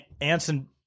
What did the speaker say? Anson